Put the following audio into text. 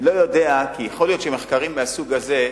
אני לא יודע, כי יכול להיות שמחקרים מהסוג הזה,